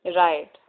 right